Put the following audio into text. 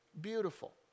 beautiful